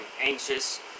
anxious